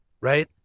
right